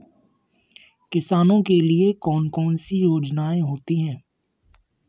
किसानों के लिए कौन कौन सी योजनायें होती हैं?